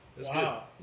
Wow